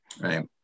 right